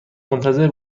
منتظر